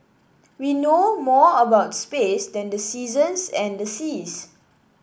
we know more about space than the seasons and the seas